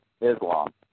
Islam